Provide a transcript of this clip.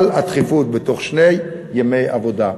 אבל הדחיפות, בתוך שני ימי עבודה.